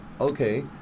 Okay